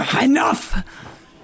Enough